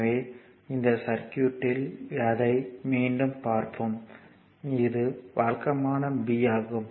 எனவே இந்த சர்க்யூட்யில் அதை மீண்டும் பார்ப்போம் இது வழக்குக்கான b ஆகும்